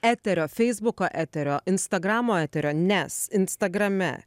eterio feisbuko eterio instagramo eterio nes instagrame